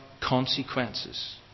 consequences